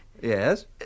Yes